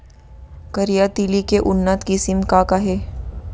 करिया तिलि के उन्नत किसिम का का हे?